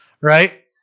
right